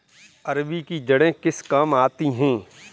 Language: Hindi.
अरबी की जड़ें किस काम आती हैं?